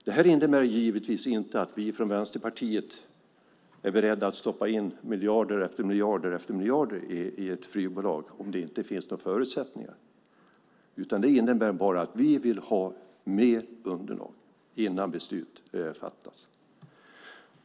Det här innebär givetvis inte att vi från Vänsterpartiet är beredda att stoppa in miljard efter miljard i ett flygbolag om det inte finns några förutsättningar. Det innebär bara att vi vill ha mer underlag innan beslut fattas.